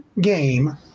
game